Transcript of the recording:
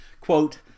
Quote